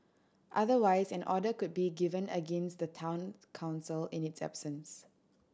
otherwise an order could be given against the Town Council in its absence